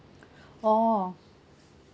oh